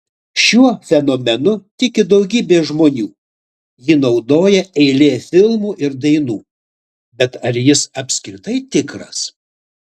šiuo fenomenu tiki daugybė žmonių jį naudoja eilė filmų ir dainų bet ar jis apskritai tikras